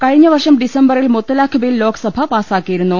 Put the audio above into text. കഴിഞ്ഞ വർഷം ഡിസംബറിൽ മുത്തലാഖ് ബിൽ ലോക്സഭ പാസാക്കിയിരുന്നു